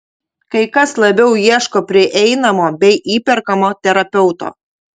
kai kas labiau ieško prieinamo bei įperkamo terapeuto